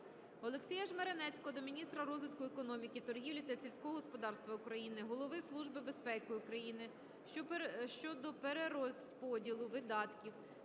Олексія Жмеренецького до міністра розвитку економіки, торгівлі та сільського господарства України, Голови Служби безпеки України щодо перерозподілу видатків